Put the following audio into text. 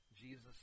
Jesus